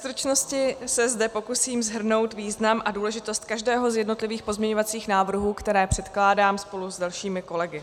Ve stručnosti se zde pokusím shrnout význam a důležitost každého z jednotlivých pozměňovacích návrhů, které předkládám spolu s dalšími kolegy.